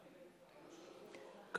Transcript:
כל